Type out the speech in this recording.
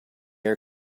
air